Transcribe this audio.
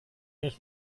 dich